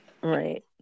Right